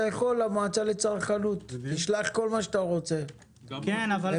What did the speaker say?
אתה יכול לשלוח כל מה שאתה רוצה למועצה לצרכנות,